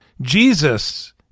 Jesus